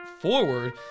forward